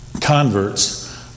converts